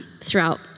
throughout